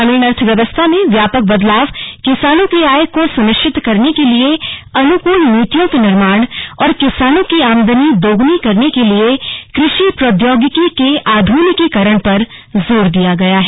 ग्रामीण अर्थव्यवस्था में व्यापक बदलाव किसानों की आय को सुनिश्चित करने के लिए अनुकूल नीतियों के निर्माण और किसानों की आमदनी दोगुनी करने के वास्ते कृषि प्रौद्योगिकी के आध्निकीकरण पर जोर दिया गया है